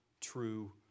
true